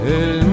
el